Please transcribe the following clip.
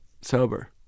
sober